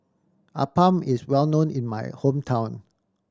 appam is well known in my hometown